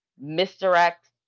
misdirect